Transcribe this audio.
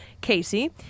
Casey